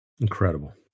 Incredible